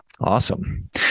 awesome